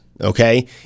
okay